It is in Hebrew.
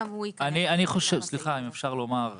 גם הוא --- פשוט ביקשו מאיתנו